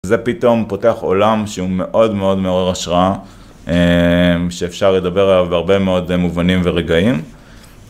זה פתאום פותח עולם שהוא מאוד מאוד מעורר השראה שאפשר לדבר עליו בהרבה מאוד מובנים ורגעים.